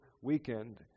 weekend